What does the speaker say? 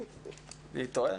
סליחה.